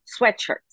sweatshirts